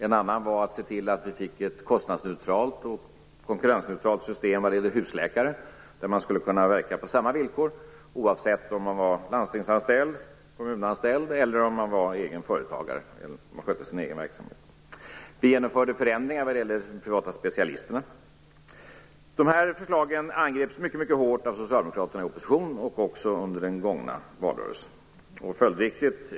En annan punkt var att se till att det blev ett kostnadsneutralt och konkurrensneutralt system när det gäller husläkare där man skulle verka på samma villkor, oavsett om man var landstingsanställd/kommunanställd eller om man var egenföretagare. Vi genomförde förändringar för de privata specialisterna. Dessa förslag angreps mycket hårt av socialdemokraterna i opposition och också under valrörelsen.